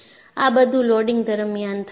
આ બધું લોડિંગ દરમિયાન થાય છે